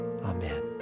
Amen